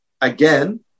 again